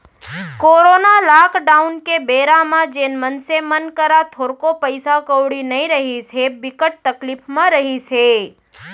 corona lockdown के बेरा म जेन मनसे मन करा थोरको पइसा कउड़ी नइ रिहिस हे, बिकट तकलीफ म रिहिस हे